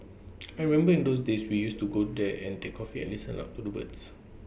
I remember in those days we used to go there and take coffee and listen up to the birds